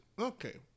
okay